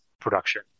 production